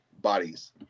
Bodies